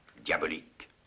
Diabolique